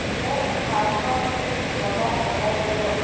মোক পাঁচশ ত্ৰিছ বজাত জগাই দিব